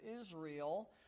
Israel